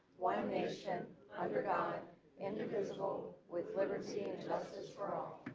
one nation under god indivisible, with liberty and justice raw